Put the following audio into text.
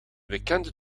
bekende